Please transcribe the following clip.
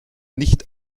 nicht